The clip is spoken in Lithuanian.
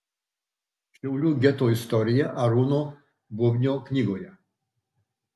šiaulių geto istorija arūno bubnio knygoje